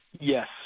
Yes